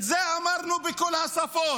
את זה אמרנו בכל השפות,